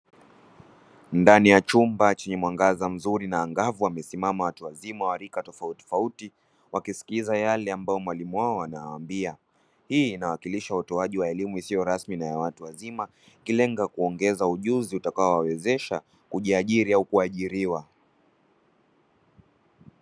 Ndani ya chumba chenye mwanga mzuri na angavu wamesimama watu wazima warika tofauti tofauti wakisikiliza yale ambayo mwalimu wao anawaambia, Hii inawakilisha utoaji elimu isiyo rasmi na yawatu wazima ikilenga kuongeza ujuzi utakawo wawezesha kujiajiri au kuajiiliwa.